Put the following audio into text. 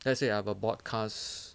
let's say I have a broadcast